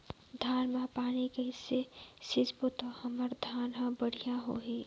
धान मा पानी कइसे सिंचबो ता हमर धन हर बढ़िया होही?